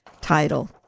title